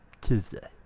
Tuesday